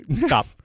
Stop